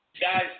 Guys